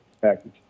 package